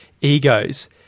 egos